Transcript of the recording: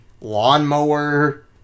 lawnmower